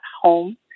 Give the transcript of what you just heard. home